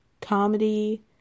comedy